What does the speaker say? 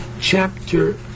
chapter